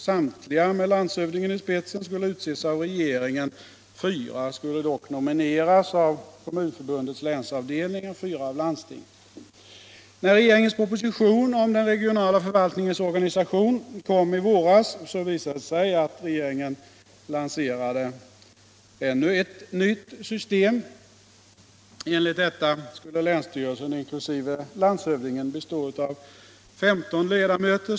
Samtliga med landshövdingen i spetsen skulle utses av regeringen, 4 skulle dock nomineras av Kommunförbundets länsavdelning och 4 av landstinget. När regeringens proposition om den regionala förvaltningens organisation kom i våras visade det sig att regeringen lanserade ännu ett nytt system. Då skulle länsstyrelsen inkl. landshövdingen bestå av 15 ledamöter.